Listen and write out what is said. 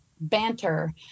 banter